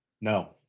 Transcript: No